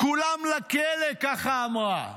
כולם לכלא, כך אמרה.